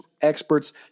experts